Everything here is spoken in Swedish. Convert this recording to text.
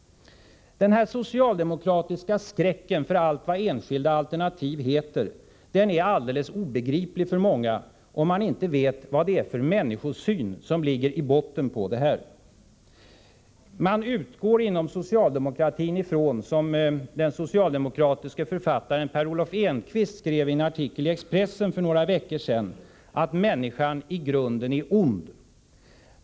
Den socialdemokratiska skräcken för allt vad enskilda alternativ heter är alldeles obegriplig för många, om man inte vet vad det är för människosyn som ligger i botten. Inom socialdemokratin utgår man ifrån — som den socialdemokratiske författaren Per Olov Enqvist skrev i en artikel i Expressen för några veckor sedan — att människan i grunden är ond.